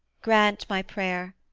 grant my prayer.